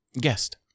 guest